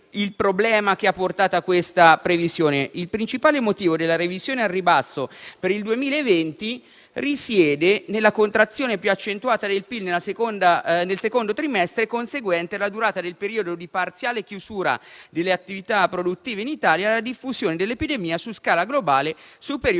il problema che ha portato a questa previsione? Si dice «Il principale motivo della previsione al ribasso per il 2020 risiede nella contrazione più accentuata del PIL nel secondo trimestre, conseguente alla durata del periodo di parziale chiusura delle attività produttive in Italia e alla diffusione dell'epidemia su scala globale superiori